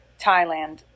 Thailand